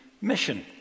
mission